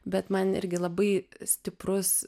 bet man irgi labai stiprus